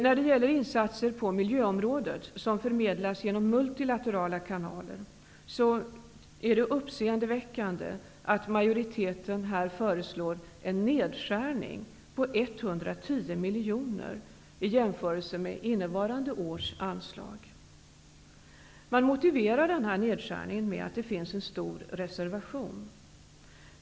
När det gäller insatser på miljöområdet som förmedlas genom multilaterala kanaler är det uppseendeväckande att majoriteten föreslår en nedskärning på 110 miljoner kronor i jämförelse med innevarande års anslag. Man motiverar denna nedskärning med att det finns en stor reservation.